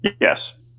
yes